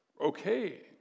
okay